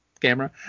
camera